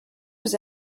was